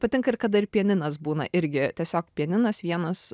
patinka ir kada ir pianinas būna irgi tiesiog pianinas vienas